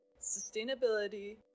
sustainability